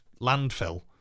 landfill